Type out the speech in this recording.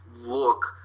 look